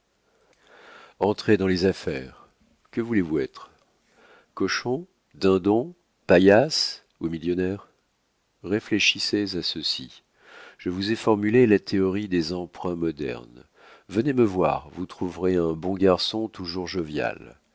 entrez dans les affaires que voulez-vous être cochon dindon paillasse ou millionnaire réfléchissez à ceci je vous ai formulé la théorie des emprunts modernes venez me voir vous trouverez un bon garçon toujours jovial